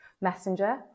Messenger